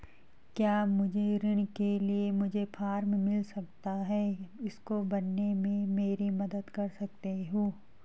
क्या मुझे ऋण के लिए मुझे फार्म मिल सकता है इसको भरने में मेरी मदद कर सकते हो?